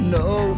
no